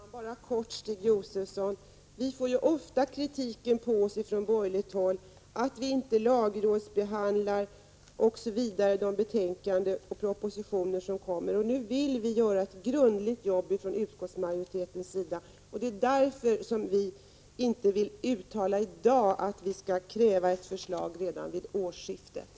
Herr talman! Bara kort till Stig Josefson: Vi får ju ofta kritik på oss från borgerligt håll för att vi inte låter lagrådsbehandla de förslag som läggs fram i betänkanden och propositioner. Nu vill vi från utskottsmajoritetens sida göra ett grundligt jobb. Och det är därför som vi inte nu vill uttala ett krav på att de nya reglerna skall träda i kraft redan vid årsskiftet.